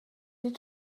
die